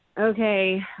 Okay